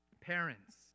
parents